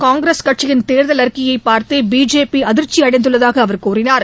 காங்கிரஸ் கட்சியின் தேர்தல் அறிக்கையைப் பார்த்தபிஜேபிஅதிர்ச்சிஅடைந்துள்ளதாகஅவர் கூறினார்